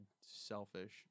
selfish